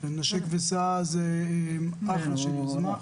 נשק וסע זה אחלה של יוזמה.